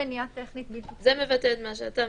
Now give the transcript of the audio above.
מניעה טכנית בלתי --- זה מבטא את מה שאתה מבקש,